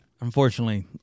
Unfortunately